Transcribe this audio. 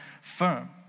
firm